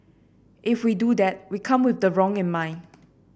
if we do that we come with the wrong in mind